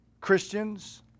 Christians